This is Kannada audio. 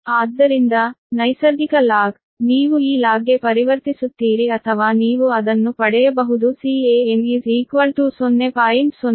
ಆದ್ದರಿಂದ ನೈಸರ್ಗಿಕ ಲಾಗ್ ನೀವು ಈ ಲಾಗ್ಗೆ ಪರಿವರ್ತಿಸುತ್ತೀರಿ ಅಥವಾ ನೀವು ಅದನ್ನು ಪಡೆಯಬಹುದು it Can 0